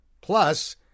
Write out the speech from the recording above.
Plus